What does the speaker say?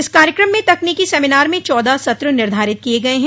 इस कार्यक्रम में तकनीकी सेमिनार में चौदह सत्र निर्धारित किये गय हैं